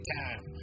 time